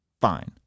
fine